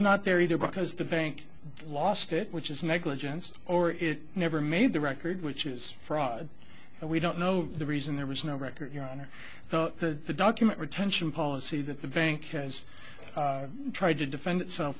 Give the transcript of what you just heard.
not there either because the bank lost it which is negligence or it never made the record which is fraud and we don't know the reason there was no record your honor the document retention policy that the bank has tried to defend itself